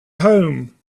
home